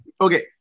Okay